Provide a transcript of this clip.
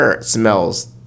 smells